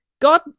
God